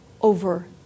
over